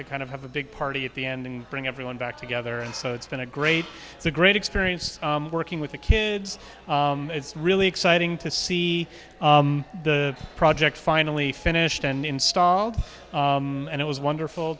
to kind of have a big party at the end and bring everyone back together and so it's been a great it's a great experience working with the kids it's really exciting to see the project finally finished and installed and it was wonderful